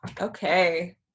Okay